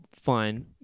fine